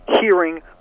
hearing